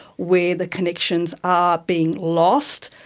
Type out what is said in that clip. where the connections are being lost.